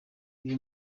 ubwo